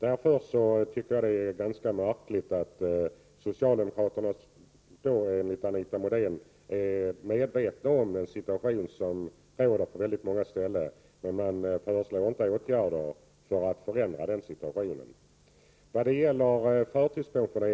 Enligt Anita Modin är socialdemokraterna medvetna om den situation som råder på väldigt många ställen, men de föreslår inte åtgärder för att få till stånd förändringar, och det tycker jag är ganska märkligt.